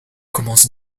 commence